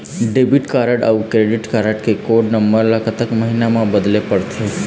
Debit card अऊ credit card के code number ला कतक महीना मा बदले पड़थे?